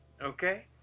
okay